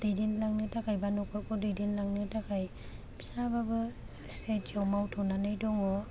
दैदेनलानो थाखाय बा नखरखौ दैदेनलांनो फिसा बाबो सि आइ टि आव मावथ'नानै दङ